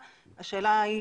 מי?